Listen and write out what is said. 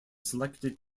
selected